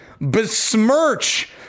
besmirch